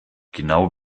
genau